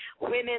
women